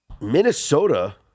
Minnesota